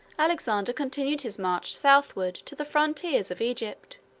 alexander continued his march southward to the frontiers of egypt.